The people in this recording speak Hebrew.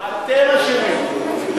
אתם אשמים,